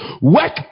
work